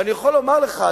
ואני יכול לומר לך,